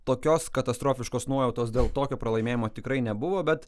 tokios katastrofiškos nuojautos dėl tokio pralaimėjimo tikrai nebuvo bet